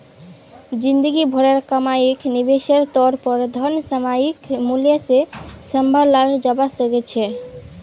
जिंदगी भरेर कमाईक निवेशेर तौर पर धन सामयिक मूल्य से सम्भालाल जवा सक छे